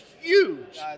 huge